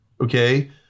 Okay